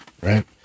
Right